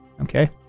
Okay